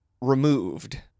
removed